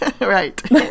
right